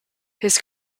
his